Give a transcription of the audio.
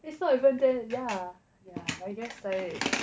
it's not even then yeah yeah I guess like